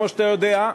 כמו שאתה יודע,